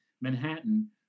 Manhattan